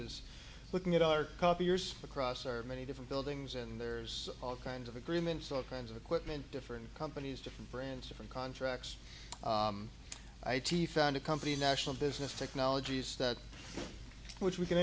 is looking at our copiers across our many different buildings and there's all kinds of agreements all kinds of equipment different companies different brands different contracts i t found a company national business technologies that which we can